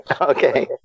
Okay